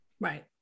Right